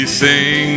sing